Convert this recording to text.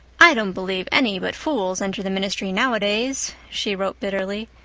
i don't believe any but fools enter the ministry nowadays, she wrote bitterly.